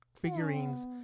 figurines